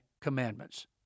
commandments